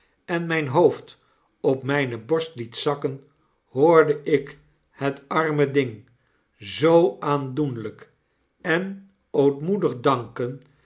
en mijn hoofd op mijne borst liet zakken hoorde ik het arme dmg zoo aandoenlijk en ootmoedig danken